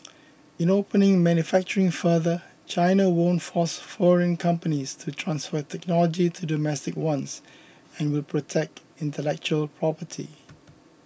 in opening manufacturing further China won't force foreign companies to transfer technology to domestic ones and will protect intellectual property